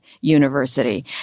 University